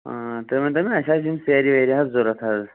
آ تُہۍ ؤنۍتَو مےٚ اَسہِ آسہٕ یِم سیرِ ویرِ حظ ضروٗرت حظ